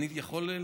אני יכול לרדת?